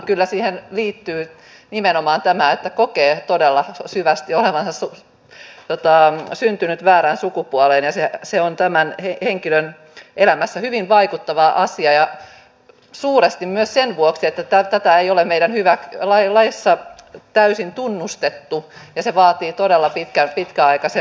kyllä siihen liittyy nimenomaan tämä että kokee todella syvästi olevansa syntynyt väärään sukupuoleen ja se on tämän henkilön elämässä hyvin vaikuttava asia ja suuresti myös sen vuoksi että tätä ei ole meidän laissamme täysin tunnustettu ja se vaatii todella pitkäaikaisen prosessin